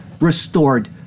restored